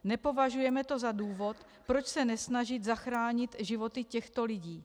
Nepovažujeme to za důvod, proč se nesnažit zachránit životy těchto lidí.